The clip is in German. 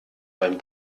beim